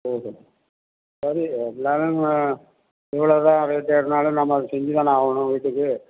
okay அதாவது எல்லாமே ம எவ்வளோ தான் ரேட் ஏறினாலும் நம்ம அதை செஞ்சு தானே ஆகணும் வீட்டுக்கு